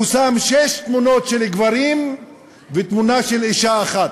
הוא שם שש תמונות של גברים ותמונה של אישה אחת,